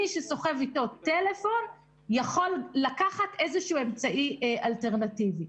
מי שסוחב אתו טלפון יכול לקחת איזשהו אמצעי אלטרנטיבי.